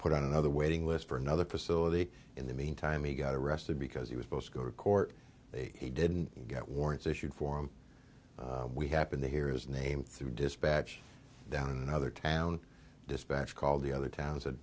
put on another waiting list for another facility in the meantime he got arrested because he was supposed to go to court he didn't get warrants issued for him we happened to hear his name through dispatch down in another town dispatch called the other towns a